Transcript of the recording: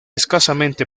escasamente